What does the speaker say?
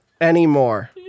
anymore